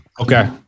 okay